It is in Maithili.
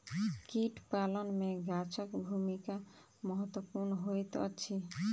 कीट पालन मे गाछक भूमिका महत्वपूर्ण होइत अछि